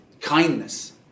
kindness